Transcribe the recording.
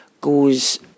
goes